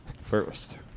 first